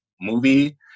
movie